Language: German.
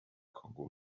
kongo